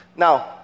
Now